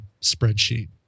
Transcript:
spreadsheet